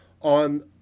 on